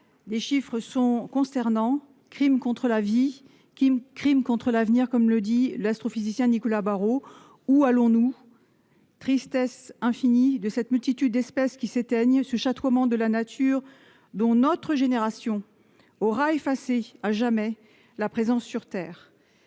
les chiffres sont consternants crimes contre la vie qui Crime contre l'avenir, comme le dit l'astrophysicien Nicolas Barrot, où allons-nous tristesse infinie de cette multitude d'espèces qui s'éteignent ce chatoiement de la nature dont notre génération aura effacer à jamais la présence sur terre.